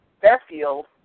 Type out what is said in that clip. Fairfield